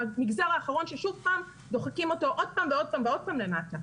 המגזר האחרון ששוב פעם דוחקים אותו עוד פעם ועוד פעם ועוד פעם למטה.